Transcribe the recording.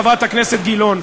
חברת הכנסת גלאון,